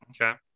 Okay